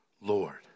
Lord